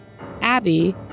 Abby